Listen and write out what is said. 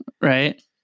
Right